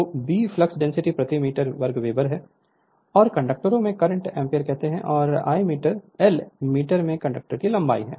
तो B flux density प्रति metre वर्ग वेबर है और I कंडक्टरों में करंट एम्पीयर कहते हैं और l मीटर में कंडक्टर की लंबाई है